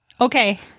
Okay